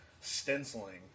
stenciling